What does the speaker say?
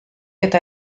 eta